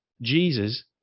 Jesus